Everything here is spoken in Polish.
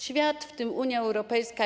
Świat, w tym Unia Europejska.